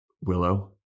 Willow